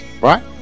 right